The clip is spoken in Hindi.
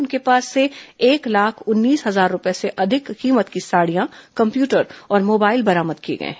उनके पास से एक लाख उन्नीस हजार रूपए से अधिक कीमत की साड़ियां कम्प्यूटर और मोबाइल बरामद किए गए हैं